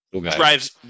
drives